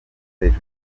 hejuru